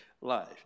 life